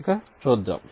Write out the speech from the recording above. ఇక చూద్దాం